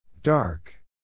Dark